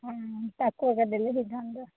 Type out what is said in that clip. ହଁ ତା'କୁ ଏକା ଦେଲେ ହେଇଥାନ୍ତା